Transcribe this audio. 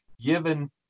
given